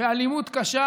באלימות קשה